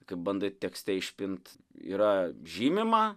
kai bandai tekste išpinti yra žymima